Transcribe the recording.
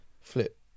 Flip